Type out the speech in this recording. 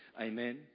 Amen